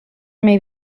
may